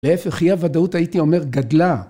‫להפך אי הוודאות הייתי אומר גדלה.